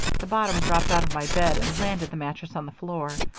the bottom dropped out of my bed and landed the mattress on the floor.